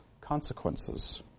consequences